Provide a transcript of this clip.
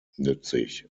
verwendet